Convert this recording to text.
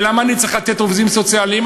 ולמה אני צריך לתת עובדים סוציאליים?